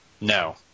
No